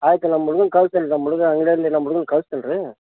ಆಯಿತು ನಮ್ಮ ಹುಡ್ಗನ್ನ ಕಳ್ಸ್ತೀನಿ ನಮ್ಮ ಹುಡ್ಗ ಅಂಗಡಿಯಲ್ಲಿ ನಮ್ಮ ಹುಡ್ಗನ್ನ ಕಳ್ಸ್ತಿನಿ ರೀ